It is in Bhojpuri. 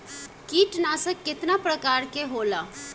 कीटनाशक केतना प्रकार के होला?